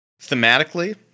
thematically